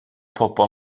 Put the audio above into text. pobl